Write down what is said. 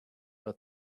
but